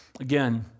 Again